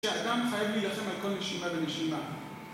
שאדם חייב להילחם על כל נשימה ונשימה